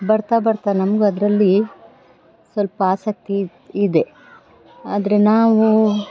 ಬರ್ತಾ ಬರ್ತಾ ನಮಗೂ ಅದರಲ್ಲಿ ಸ್ವಲ್ಪ ಆಸಕ್ತಿ ಇದೆ ಇದೆ ಆದರೆ ನಾವು